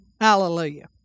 Hallelujah